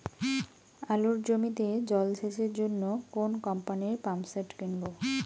আলুর জমিতে জল সেচের জন্য কোন কোম্পানির পাম্পসেট কিনব?